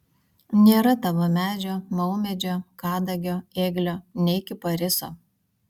nėra tavo medžio maumedžio kadagio ėglio nei kipariso